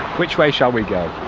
which way shall we go?